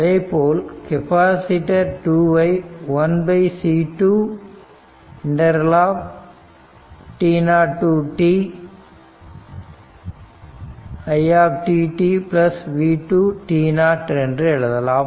அதேபோல் கெப்பாசிட்டர் 2 ஐ 1C2 t0 to t ∫ it dt v2 t0 என்று எழுதலாம்